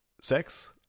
sex